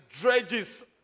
dredges